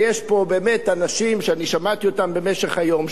ויש פה באמת אנשים ששמעתי אותם במשך היום,